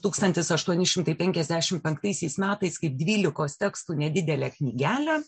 tųkstantis aštuoni šimtai penkiasdešimt penktaisiais metais kaip dvylikos tekstų nedidelę knygelę